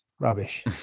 Rubbish